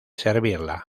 servirla